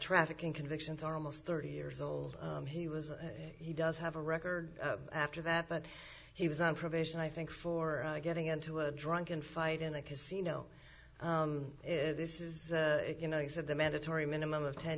trafficking convictions are almost thirty years old he was he does have a record after that but he was on probation i think for getting into a drunken fight in a casino is this is you know you said the mandatory minimum of ten